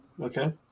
Okay